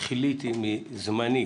כיליתי מזמני